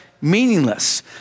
meaningless